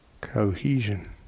cohesion